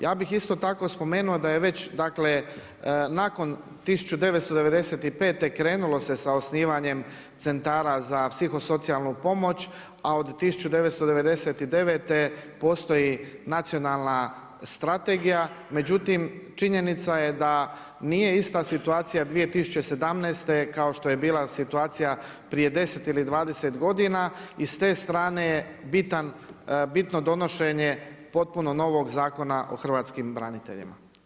Ja bih isto tako spomenuo, da je već nakon 1995. krenulo se sa osnivanjem centrala za psihosocijalnu pomoć, a od 1999. postoji nacionalna strategija, međutim, činjenica je da nije ista situacija 2017. kao što je bila situacija prije 10 ili 20 godina i s te strane je bitno donošenje potpuno novog zakona o hrvatskim braniteljima.